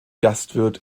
gastwirt